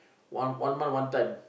one one month one time